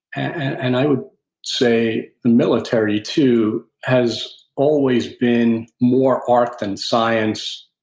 and i would say the military too, has always been more art than science.